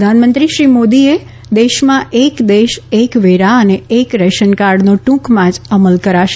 પ્રધાનમંત્રીશ્રી નરેન્ય મોદીએ દેશમાં એક દેશ એક વેરા અને એક રેશનકાર્ડનો ટૂંકમાં જ અમલ કરાશે